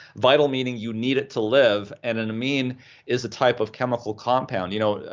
vital meaning you need it to live and an amine is a type of chemical compound. you know,